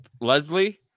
Leslie